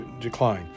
decline